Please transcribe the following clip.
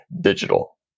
digital